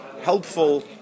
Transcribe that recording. helpful